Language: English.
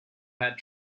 had